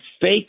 fake